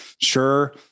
Sure